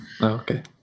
Okay